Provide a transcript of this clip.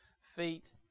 feet